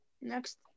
Next